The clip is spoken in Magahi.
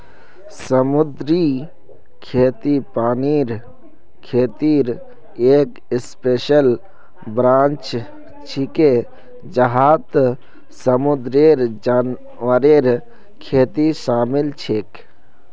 समुद्री खेती पानीर खेतीर एक स्पेशल ब्रांच छिके जहात समुंदरेर जानवरेर खेती शामिल छेक